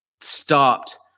stopped